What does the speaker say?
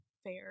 fair